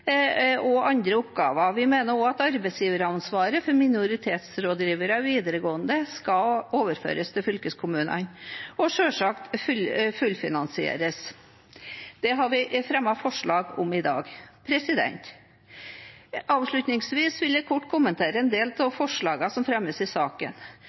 og andre oppgaver. Vi mener også at arbeidsgiveransvaret for minoritetsrådgivere i videregående skole skal overføres til fylkeskommunene, og selvsagt fullfinansieres. Det har vi fremmet forslag om i dag. Avslutningsvis vil jeg kort kommentere en del av forslagene som fremmes i saken.